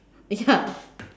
ya